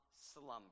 slumber